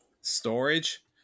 storage